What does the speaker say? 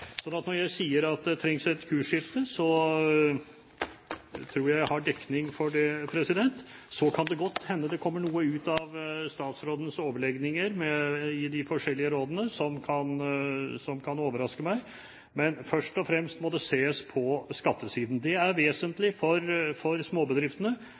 Så når jeg sier at det trengs et kursskifte, tror jeg at jeg har dekning for å si det. Så kan det godt hende at det kommer noe ut av statsrådens overlegninger i de forskjellige rådene som kan overraske meg, men først og fremst må det ses på skattesiden. Det er vesentlig for småbedriftene,